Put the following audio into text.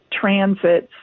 Transit's